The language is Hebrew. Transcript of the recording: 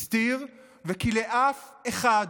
הסתיר, וכי לאף אחד